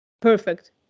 perfect